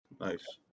Nice